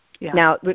Now